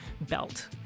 belt